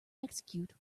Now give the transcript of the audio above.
execute